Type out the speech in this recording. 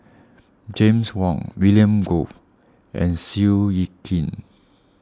James Wong William Goode and Seow Yit Kin